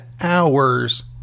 hours